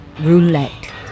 Roulette